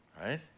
right